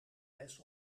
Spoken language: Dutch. les